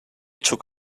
took